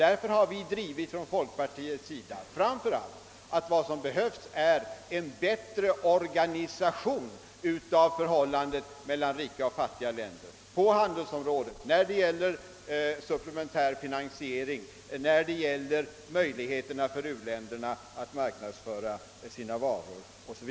Därför har vi från folkpartiets sida hävdat att vad som framför allt behövs är en bättre organisation av förhållandet mellan rika och fattiga länder — på handelsområdet, när det gäller supplementär finansiering, när det gäller möjligheterna för u-länderna att marknadsföra sina varor 0. S. V.